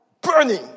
burning